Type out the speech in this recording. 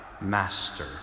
Master